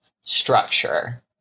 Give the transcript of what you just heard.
structure